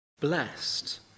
Blessed